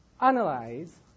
analyze